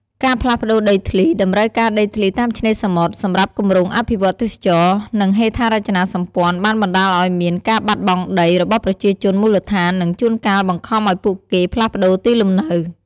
ការផ្លាស់ប្តូរដីធ្លី តម្រូវការដីធ្លីតាមឆ្នេរសមុទ្រសម្រាប់គម្រោងអភិវឌ្ឍន៍ទេសចរណ៍ និងហេដ្ឋារចនាសម្ព័ន្ធ បានបណ្តាលឱ្យមាន ការបាត់បង់ដី របស់ប្រជាជនមូលដ្ឋាន និងជួនកាលបង្ខំឱ្យពួកគេផ្លាស់ប្តូរទីលំនៅ។